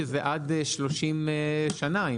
שזה עד 30 שנה,